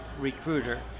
recruiter